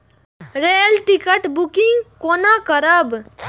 Rail ticket booking कोना करब?